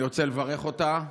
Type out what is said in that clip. אני רוצה לברך אותה.